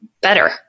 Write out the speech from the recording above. better